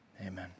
Amen